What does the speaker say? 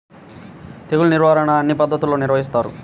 తెగులు నిర్వాహణ ఎన్ని పద్ధతుల్లో నిర్వహిస్తారు?